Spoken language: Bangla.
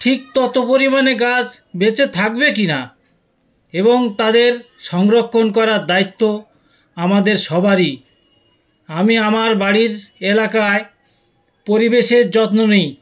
ঠিক তত পরিমাণে গাছ বেঁচে থাকবে কিনা এবং তাদের সংরক্ষণ করার দায়িত্ব আমাদের সবারই আমি আমার বাড়ির এলাকায় পরিবেশের যত্ন নিই